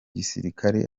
gisirikare